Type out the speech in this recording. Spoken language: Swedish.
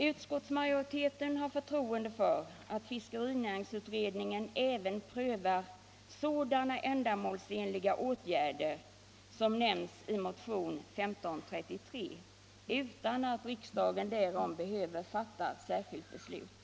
Utskottsmajoriteten har förtroende för att fiskerinäringsutredningen även prövar sådana ändamålsenliga åtgärder som nämns i motionen 1533, utan att riksdagen därom behöver fatta särskilt beslut.